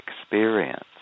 experience